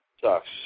sucks